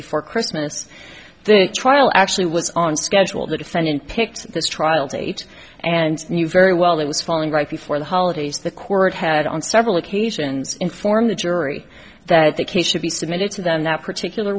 before christmas the trial actually was on schedule the defendant picked this trial date and knew very well it was falling right before the holidays the court had on several occasions informed the jury that the case should be submitted to them that particular